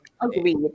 agreed